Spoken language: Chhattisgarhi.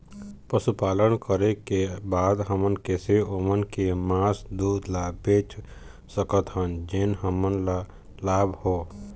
पशुपालन करें के बाद हम कैसे ओमन के मास, दूध ला बेच सकत हन जोन हमन ला लाभ हो?